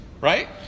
right